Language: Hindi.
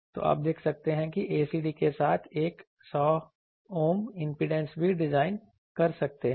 तो आप देखते हैं कि ACD के साथ आप एक 100 Ohm इंपीडेंस भी डिजाइन कर सकते हैं